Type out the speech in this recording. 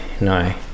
no